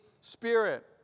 spirit